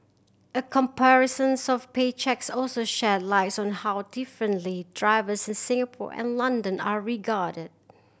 a comparisons of pay cheques also sheds light on how differently drivers in Singapore and London are regarded